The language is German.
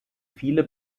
viele